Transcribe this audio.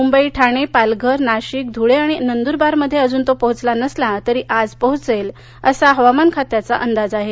मुंबई ठाणे पालघर नाशिक धुळे आणि नंदुरबार मध्ये तो अजून पोहोचला नसला तरी आज पोहोचेल असा हवामान खात्याचा अंदाज आहे